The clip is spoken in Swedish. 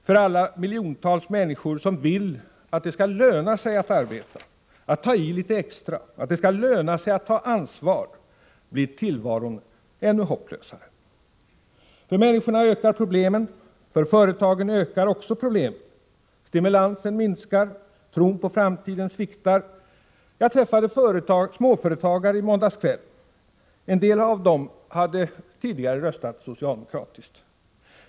För alla miljontals människor som vill att det skall löna sig att arbeta, att ta i litet extra, att ta större ansvar, blir tillvaron ännu hopplösare. För människorna ökar problemen. För företagen ökar också problemen. Stimulansen minskar. Tron på framtiden sviktar. Jag träffade småföretagare i måndags kväll. En del av dem har tidigare röstat socialdemokratiskt.